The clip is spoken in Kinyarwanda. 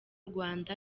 rwanda